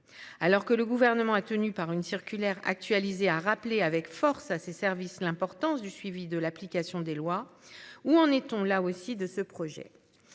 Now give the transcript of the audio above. Alors que le gouvernement a tenu par une circulaire actualisé a rappelé avec force à ses services, l'importance du suivi de l'application des lois. Où en est-on là aussi de ce projet.